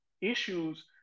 issues